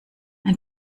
ein